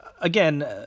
again